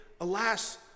alas